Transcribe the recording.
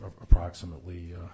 approximately